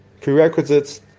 prerequisites